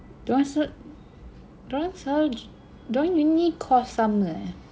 dia orang sel~ dia orang selalu dia orang uni course sama eh